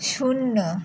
শূন্য